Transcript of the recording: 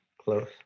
Close